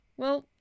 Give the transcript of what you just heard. Well